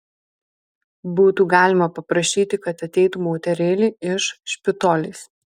būtų galima paprašyti kad ateitų moterėlė iš špitolės